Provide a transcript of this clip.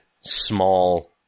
small